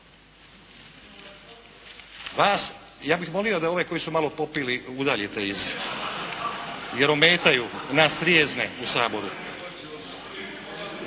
Ja bih molio da ove koji su malo popili udaljite jer ometaju nas trijezne u Saboru.